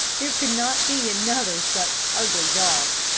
there could not be another such ugly dog,